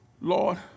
Lord